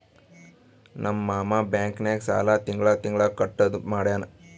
ನಮ್ ಮಾಮಾ ಬ್ಯಾಂಕ್ ನಾಗ್ ಸಾಲ ತಿಂಗಳಾ ತಿಂಗಳಾ ಕಟ್ಟದು ಮಾಡ್ಯಾನ್